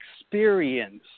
experience